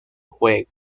juego